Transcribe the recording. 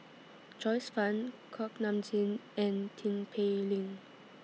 Joyce fan Kuak Nam Jin and Tin Pei Ling